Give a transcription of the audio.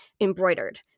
embroidered